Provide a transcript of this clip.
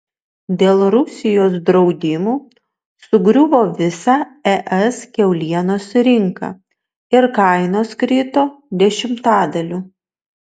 dėl rusijos draudimų sugriuvo visa es kiaulienos rinka ir kainos krito dešimtadaliu